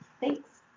thanks!